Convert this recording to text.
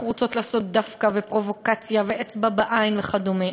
רוצות לעשות דווקא ופרובוקציה ואצבע בעין וכדומה.